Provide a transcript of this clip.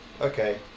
Okay